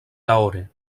lahore